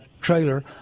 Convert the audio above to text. trailer